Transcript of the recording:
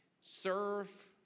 serve